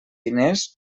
diners